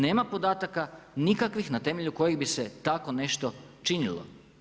Nema podataka nikakvih na temelju kojih bi se tako nešto činilo.